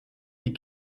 die